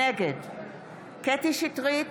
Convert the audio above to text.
נגד קטי קטרין שטרית,